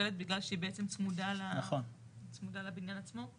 משתפלת בגלל שהיא צמודה לבנין עצמו.